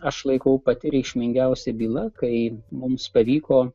aš laikau pati reikšmingiausia byla kai mums pavyko